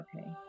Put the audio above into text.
Okay